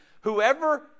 whoever